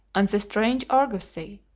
and the strange argosy,